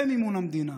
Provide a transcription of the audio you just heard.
במימון המדינה,